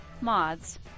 mods